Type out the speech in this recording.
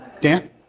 Dan